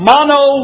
Mono